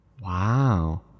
wow